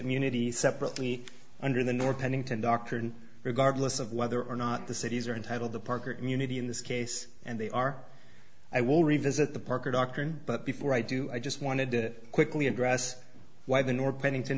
community separately under the nor pennington doctored regardless of whether or not the cities are entitled the park or community in this case and they are i will revisit the parker doctrine but before i do i just wanted to quickly address why the nor pennington